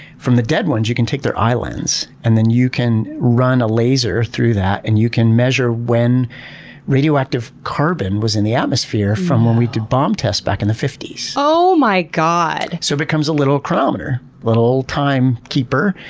from the dead ones, you can take their eye lens, and then you can run a laser through that, and you can measure when radioactive carbon was in the atmosphere from when we did bomb tests back in the fifties. oh my god! so it becomes a little chronometer, little old time keeper,